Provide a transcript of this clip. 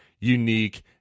unique